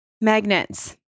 magnets